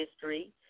history